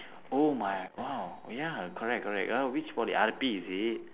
oh my !wow! ya correct correct err which poly R_P is it